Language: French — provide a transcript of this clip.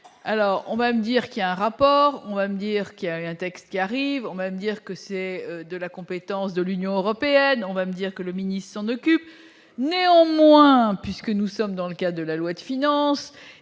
alors on va me dire qu'il y a un rapport, on va me dire qu'il y a un texte qui, arrivant même dire que c'est de la compétence de l'Union européenne, on va me dire. Que le mini s'en occupe néanmoins puisque nous sommes dans le cas de la loi de finances